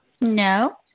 No